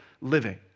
living